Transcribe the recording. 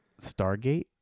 Stargate